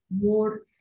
more